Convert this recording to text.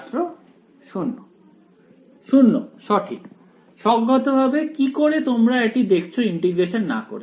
ছাত্র 0 0 সঠিক স্বজ্ঞাতভাবে কি করে তোমরা এটা দেখছো ইন্টিগ্রেশন না করে